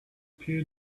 peer